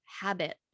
habit